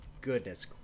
Goodness